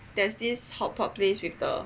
there's this hotpot place with the